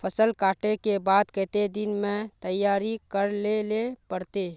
फसल कांटे के बाद कते दिन में तैयारी कर लेले पड़ते?